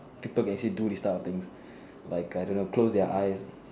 picture can actually do this type of thing like I don't know close their eyes